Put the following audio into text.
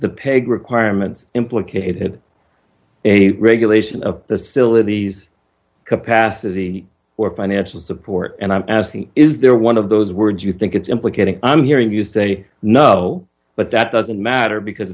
the peg requirements implicated a regulation of the sil in these capacity or financial support and i'm asking is there one of those words you think it's implicating i'm hearing you say no but that doesn't matter because